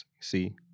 See